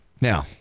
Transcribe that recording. Now